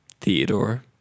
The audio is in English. Theodore